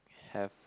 have